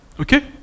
Okay